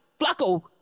Flacco